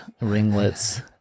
ringlets